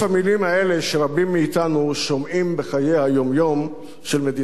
שרבים מאתנו שומעים בחיי היום-יום של מדינת ישראל,